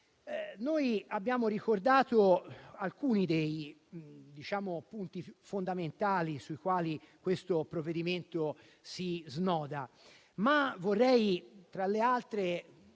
Abbiamo ricordato alcuni dei punti fondamentali sui quali questo provvedimento si snoda, ma vorrei, tra le altre,